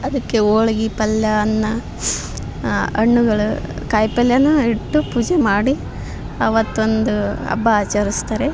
ಅದಕ್ಕೆ ಹೋಳ್ಗಿ ಪಲ್ಯ ಅನ್ನ ಹಣ್ಣುಗಳು ಕಾಯಿ ಪಲ್ಯನೂ ಇಟ್ಟು ಪೂಜೆ ಮಾಡಿ ಅವತ್ತೊಂದು ಹಬ್ಬ ಆಚರಿಸ್ತಾರೆ